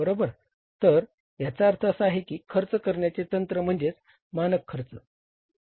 तर याचा अर्थ असा की खर्च करण्याचे तंत्र म्हणजे मानक खर्च आहे